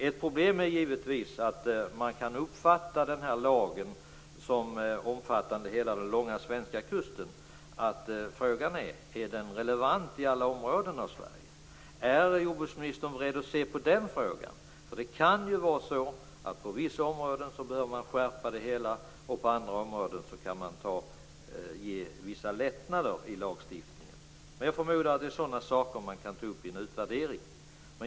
Ett problem är givetvis att lagen kan uppfattas som omfattande hela den långa svenska kusten. Frågan är om den är relevant i alla områden av Sverige. Är jordbruksministern beredd att se på den frågan? Det kanske behövs en skärpning på vissa områden, medan man på andra områden kan ge vissa lättnader i lagstiftningen. Jag förmodar att detta är saker som man kan ta upp i en utvärdering.